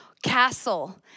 castle